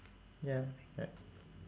ya yup